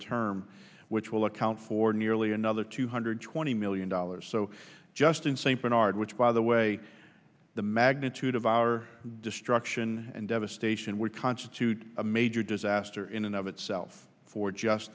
term which will account for nearly another two hundred twenty million dollars so just in saint bernard which by the way the magnitude of our destruction and devastation we constitute a major disaster in and of itself for just